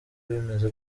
bimeze